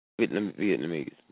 Vietnamese